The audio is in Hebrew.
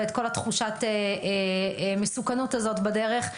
ואת כל תחושת המסוכנות הזאת בדרך.